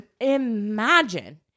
imagine